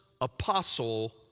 apostle